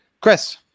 chris